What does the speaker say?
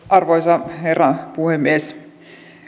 arvoisa herra puhemies